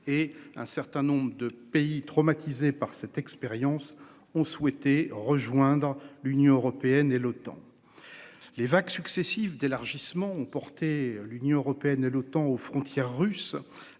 et un certain nombre de pays traumatisé par cette expérience ont souhaité rejoindre l'Union européenne et l'OTAN. Les vagues successives d'élargissement ont porté l'Union européenne et l'OTAN aux frontières russes